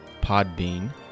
Podbean